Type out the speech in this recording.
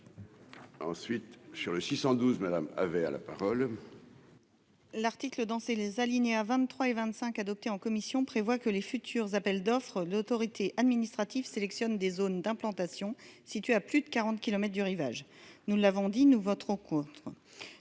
Ensuite, sur le 612 madame avait à la parole. L'article danser les alinéas 23 et 25 adopté en commission prévoit que les futurs appels d'offres, l'autorité administrative sélectionne des zones d'implantation située à plus de 40 kilomètres du Rivage, nous l'avons dit nous voterons contre,